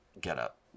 getup